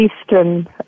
Eastern